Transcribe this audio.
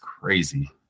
crazy